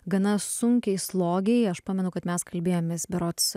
gana sunkiai slogiai aš pamenu kad mes kalbėjomės berods